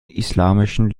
islamischen